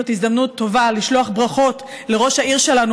זאת הזדמנות טובה לשלוח ברכות לראש העיר שלנו,